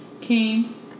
came